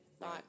Right